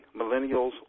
millennials